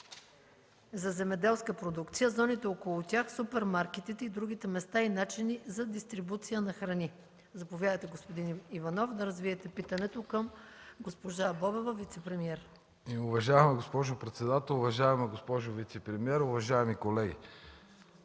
за земеделска продукция, зоните около тях, супермаркетите и другите места и начини за дистрибуция на храни. Заповядайте, господин Иванов да развиете питането на госпожа Бобева – вицепремиер. ВЛАДИМИР ИВАНОВ (ГЕРБ): Уважаема госпожо председател, уважаема госпожо вицепремиер, уважаеми колеги!